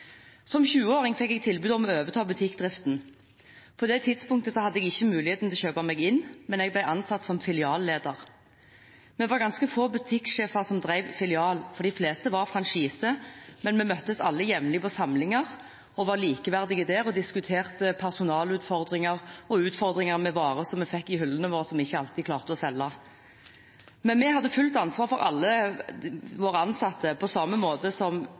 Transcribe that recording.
Som 20-åring fikk jeg tilbud om å overta butikkdriften. På det tidspunktet hadde jeg ikke mulighet til å kjøpe meg inn, men jeg ble ansatt som filialleder. Vi var ganske få butikksjefer som drev filial, de fleste drev franchise. Men vi møttes alle jevnlig på samlinger, var likeverdige der og diskuterte personalutfordringer og utfordringer med varer vi fikk i hyllene våre, og som vi ikke alltid klarte å selge. Vi hadde fullt ansvar for alle våre ansatte, på samme måte som